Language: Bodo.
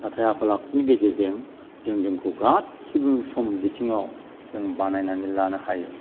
नाथाय आखल आखुनि गेजेरजों जों जोंखौ गासिबो सम बिथिंआव जों बानायनानै लानो हायो